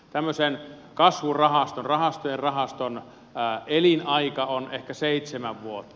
tämmöisen kasvurahaston rahastojen rahaston elinaika on ehkä seitsemän vuotta